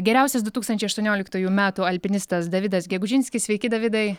geriausias du tūkstančiai aštuonioliktųjų metų alpinistas davidas gegužinskis sveiki davidai